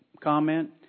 comment